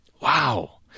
Wow